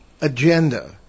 agenda